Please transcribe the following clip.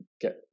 get